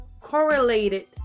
correlated